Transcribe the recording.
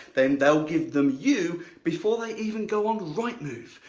then they'll give them you before they even go on rightmove.